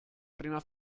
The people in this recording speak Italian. prima